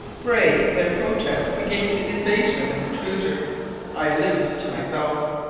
brayed their protest against the invasion of an intruder i allude to myself.